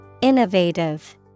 Innovative